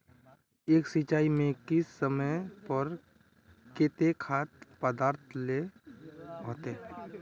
एक सिंचाई में किस समय पर केते खाद पदार्थ दे ला होते?